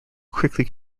quickly